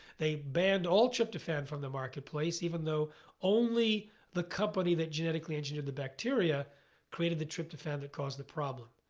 they banned all tryptophan from the marketplace. even though only the company that genetically engineered the bacteria created the tryptophan that caused the problem.